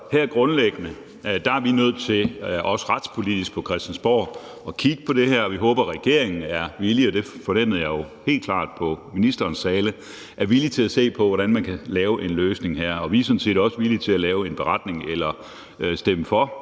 Så grundlæggende er vi nødt til, også retspolitisk på Christiansborg, at kigge på det her, og vi håber, for det fornemmede jeg jo helt klart ud fra ministerens tale, at regeringen er villig til at se på, hvordan man kan lave en løsning her. Vi er sådan set også villige til at lave en beretning eller stemme for